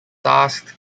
asked